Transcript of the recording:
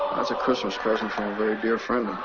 a christmas present from a very dear friend